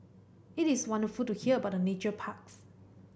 it is wonderful to hear about the nature parks